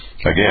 Again